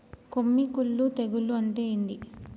కొమ్మి కుల్లు తెగులు అంటే ఏంది?